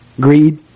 greed